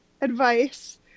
advice